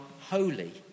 holy